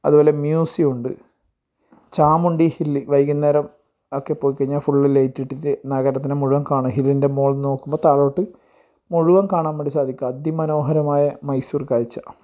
അതുപോലെ മ്യൂസിയമുണ്ട് ചാമുണ്ഡി ഹില്ല് വൈകുന്നേരം ഒക്കെ പോയി കഴിഞ്ഞാൽ ഫുള്ള് ലൈറ്റ് ഇട്ടിട്ട് നഗരത്തിനെ മുഴുവൻ കാണാം ഹില്ലിൻ്റെ മോളിൽ നിന്ന് നോക്കുമ്പോൾ താഴോട്ട് മുഴുവൻ കാണാൻ വേണ്ടി സാധിക്കും അതിമനോഹരമായ മൈസൂർ കാഴ്ച